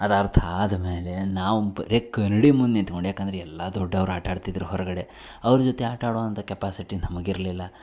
ಅದು ಅರ್ಥ ಆದಮೇಲೆ ನಾವು ಬರೀ ಕನ್ನಡಿ ಮುಂದೆ ನಿಂತ್ಕೊಂಡು ಯಾಕಂದ್ರೆ ಎಲ್ಲ ದೊಡ್ಡವ್ರು ಆಟಾಡ್ತಿದ್ದರು ಹೊರಗಡೆ ಅವ್ರ ಜೊತೆ ಆಟಾಡೋವಂಥ ಕೆಪಾಸಿಟಿ ನಮಗಿರಲಿಲ್ಲ